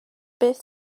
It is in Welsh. beth